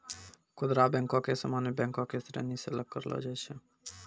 खुदरा बैको के सामान्य बैंको के श्रेणी से अलग करलो जाय छै